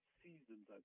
seasons